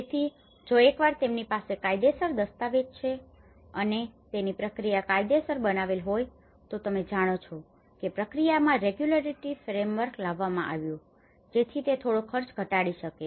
તેથી જો એકવાર તેમની પાસે કાયદેસર દસ્તાવેજ છે અને તેની પ્રક્રિયા કાયદેસર બનાવેલ હોઈ તો તમે જાણો છો કે પ્રક્રિયામાં રેગ્યુલેટરી ફ્રેમવર્ક લાવવામાં આવ્યું છે જેથી તે થોડો ખર્ચ ઘટાડી શકે